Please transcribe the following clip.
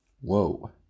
whoa